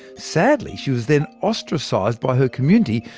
sadly, she was then ostracised by her community,